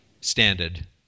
standard